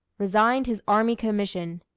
resigned his army commission.